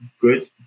good